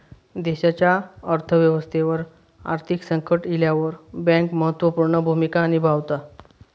देशाच्या अर्थ व्यवस्थेवर आर्थिक संकट इल्यावर बँक महत्त्व पूर्ण भूमिका निभावता